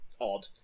odd